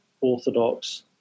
orthodox